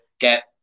get